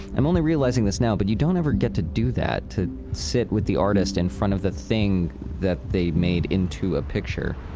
i'm only realizing this now, but you don't ever get to do that, to sit with the artist in front of the thing that they made into a picture.